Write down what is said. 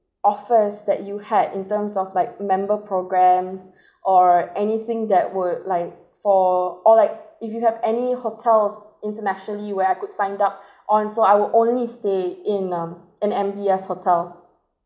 offers that you had in terms of like member programmes or anything that were like for all like if you have any hotels internationally where I could sign up on so I will only stay in um in M_B_S hotel